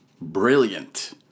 Brilliant